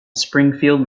springfield